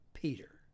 Peter